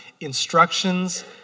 instructions